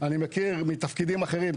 אני מכיר מתפקידים אחרים,